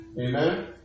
Amen